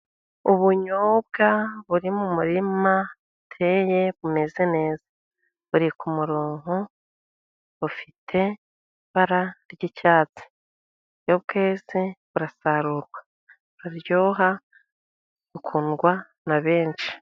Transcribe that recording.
Ubunyobwa buri mu murima uteye bumeze neza, buri ku murongo, bufite ibara ry'icyatsi, iyo bweze barasarurwa buraryoha, bakundwa na benshi.